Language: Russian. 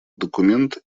документ